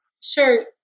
Sure